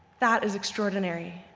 that is extraordinary.